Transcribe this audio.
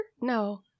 No